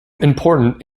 important